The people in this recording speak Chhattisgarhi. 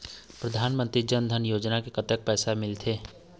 परधानमंतरी जन धन योजना ले कतक पैसा मिल थे?